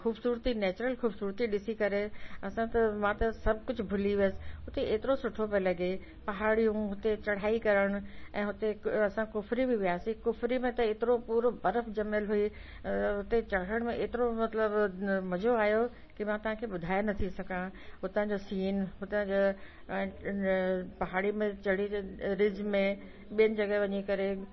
ख़ूबसूरती नैचुरल ख़ूबसूरती ॾिसी करे असां त मां त सभु कुझु भुली वियसि मूंखे हेतिरो सुठो पियो लॻे पहाड़ियूं हुते चढ़ाई करण ऐं हुते हिकु असां कुफरी बि वियासीं कुफरी में त एतिरो पूरो बर्फ जमियल हुई हुते चढ़ण में हेतिरो मतिलबु मज़ो आहियो कि मां तव्हां खे ॿुधाए नथी सघां हुतां जो सीन हुतां जा पहाड़ी में चढ़ी जन रीज में बिन जॻहि वञी करे